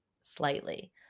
slightly